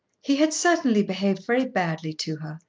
he had certainly behaved very badly to her,